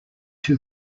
two